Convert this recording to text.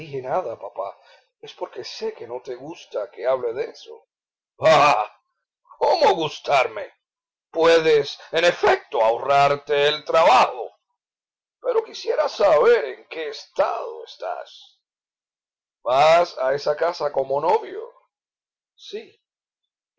nada papá es porque sé que no te gusta que hable de eso bah cómo gustarme puedes en efecto ahorrarte el trabajo pero quisiera saber en qué estado estás vas a esa casa como novio sí